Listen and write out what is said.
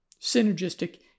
synergistic